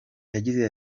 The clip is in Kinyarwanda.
yagize